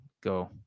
go